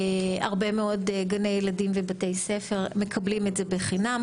הרבה מאוד גני ילדים ובתי ספר מקבלים את זה בחינם,